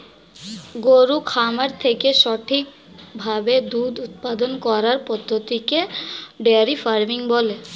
গরুর খামার থেকে সঠিক ভাবে দুধ উপাদান করার পদ্ধতিকে ডেয়ারি ফার্মিং বলে